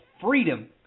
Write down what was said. freedom